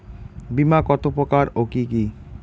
বীমা কত প্রকার ও কি কি?